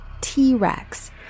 T-Rex